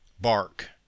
Bark